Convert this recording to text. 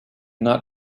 not